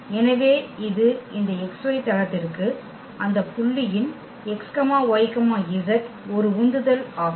எனவே இது இந்த xy தளத்திற்கு அந்த புள்ளியின் x y z ஒரு உந்துதல் ஆகும்